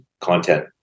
content